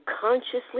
consciously